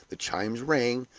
the chimes rang,